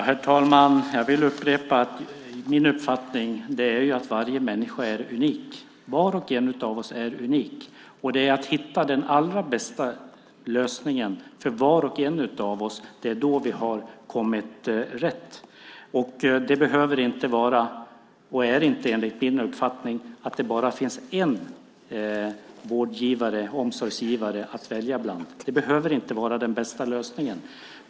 Herr talman! Jag vill upprepa att min uppfattning är att varje människa är unik. Var och en av oss är unik, och det gäller att hitta den allra bästa lösningen för var och en av oss. Då har vi kommit rätt. Det behöver inte vara så, och är heller inte enligt min uppfattning, att det bara ska finnas en vårdgivare, omsorgsgivare, att välja på. Det behöver inte vara den bästa lösningen.